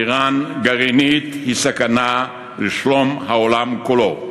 איראן גרעינית היא סכנה לשלום העולם כולו.